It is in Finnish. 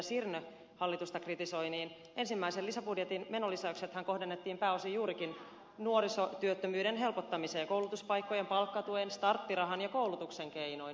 sirnö hallitusta kritisoi niin ensimmäisen lisäbudjetin menolisäyksethän kohdennettiin pääosin juurikin nuorisotyöttömyyden helpottamiseen koulutuspaikkojen palkkatuen starttirahan ja koulutuksen keinoin